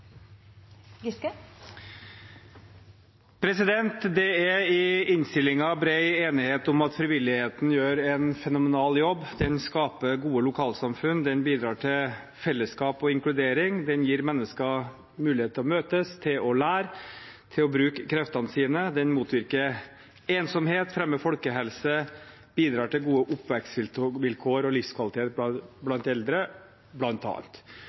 i innstillingen bred enighet om at frivilligheten gjør en fenomenal jobb – den skaper gode lokalsamfunn, den bidrar til fellesskap og inkludering, den gir mennesker mulighet til å møtes og til å lære, til å bruke kreftene sine, den motvirker ensomhet, fremmer folkehelse, bidrar til gode oppvekstvilkår og livskvalitet blant eldre,